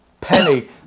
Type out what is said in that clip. penny